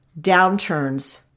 downturns